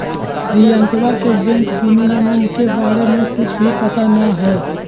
रियंकवा के बैंक विनियमन के बारे में कुछ भी पता ना हई